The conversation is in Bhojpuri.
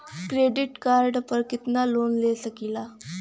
क्रेडिट कार्ड पर कितनालोन ले सकीला?